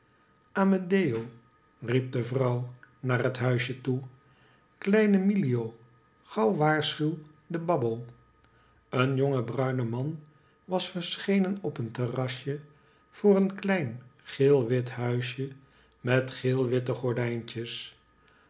amedeo riep de vrouw naar het huisje toe kleine milio gauw waarschuw den babbo een jonge bruine man was verschenen op een terrasje voor een klein geelwit huisje met geelwitte gordijntjes